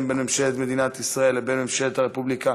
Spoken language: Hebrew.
בין ממשלת מדינת ישראל לבין ממשלת הרפובליקה